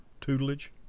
tutelage